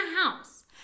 house